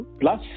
plus